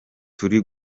turi